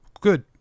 good